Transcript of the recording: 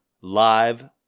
live